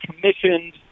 commissioned